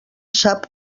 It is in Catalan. sap